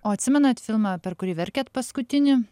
o atsimenat filmą per kurį verkėt paskutinį